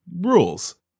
rules